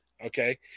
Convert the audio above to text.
Okay